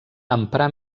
emprà